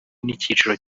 n’icyiciro